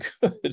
good